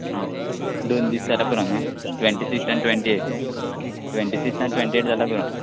आ दोन दीस जाल्या पुरो न्हू ट्वँटी फिफ्त आनी ट्वँटी एत ट्वँटी फिफ्त आनी ट्वँटी एत जाल्या पुरो